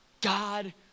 God